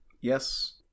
Yes